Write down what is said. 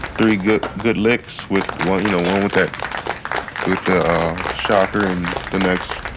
three good good licks with well, you know, one with that with the shocker and the next